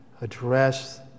address